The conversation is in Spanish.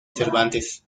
cervantes